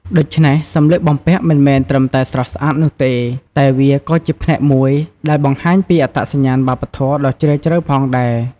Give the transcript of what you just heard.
ដូច្នេះសម្លៀកបំពាក់មិនមែនត្រឹមតែស្រស់ស្អាតនោះទេ តែវាក៏ជាផ្នែកមួយដែលបង្ហាញពីអត្តសញ្ញាណវប្បធម៌ដ៏ជ្រាលជ្រៅផងដែរ ។